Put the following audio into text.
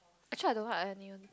actually I don't like ironing